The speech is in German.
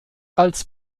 als